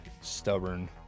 stubborn